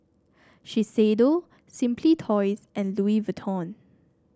Shiseido Simply Toys and Louis Vuitton